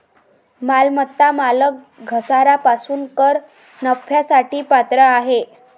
मालमत्ता मालक घसारा पासून कर नफ्यासाठी पात्र आहे